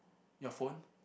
your phone